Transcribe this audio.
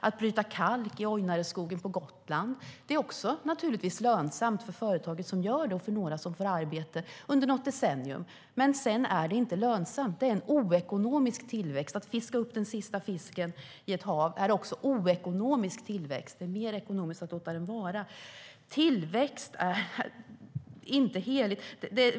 Att bryta kalk i Ojnareskogen på Gotland är naturligtvis lönsamt för det företag som gör det och för några som får arbete under något decennium. Men sedan är det inte lönsamt. Det är en oekonomisk tillväxt. Det är också oekonomisk tillväxt att fiska upp den sista fisken ur ett hav. Det är mer ekonomiskt att låta den vara. Tillväxt är inte heligt.